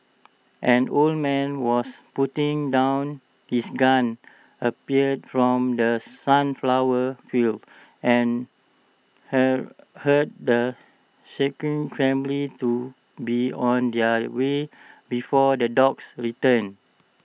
an old man was putting down his gun appeared from the sunflower fields and hurt the shaken family to be on their way before the dogs return